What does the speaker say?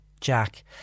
Jack